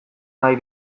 nahi